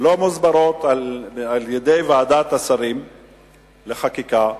לא מוסברות על-ידי ועדת השרים לחקיקה,